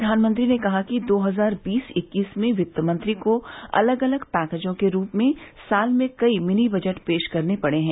प्रधानमंत्री ने कहा कि दो हजार बीस इक्कीस में वित्त मंत्री को अलग अलग पैकेजों के रूप में साल में कई मिनी बजट पेश करने पड़े हैं